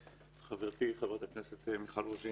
זה לא החוק היחיד שאני וחברתי חברת הכנסת מיכל רוזין